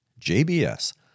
JBS